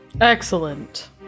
excellent